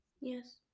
Yes